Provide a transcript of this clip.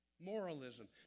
Moralism